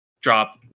drop